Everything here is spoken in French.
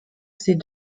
ses